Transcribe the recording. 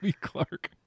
Clark